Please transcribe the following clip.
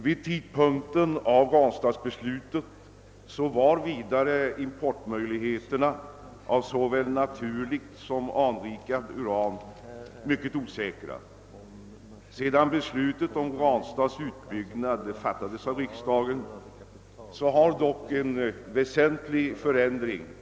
Vid tiden för beslutet om Ranstadsverket var vidare importmöjligheterna när det gällde såväl naturligt som anrikat uran mycket osäkra. Sedan beslutet om Ranstadsverkets utbyggnad fattades av riksdagen har dock en väsentlig förändring ägt rum.